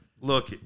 Look